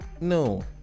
no